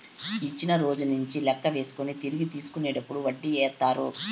ఇచ్చిన రోజు నుంచి లెక్క వేసుకొని తిరిగి తీసుకునేటప్పుడు వడ్డీ ఏత్తారు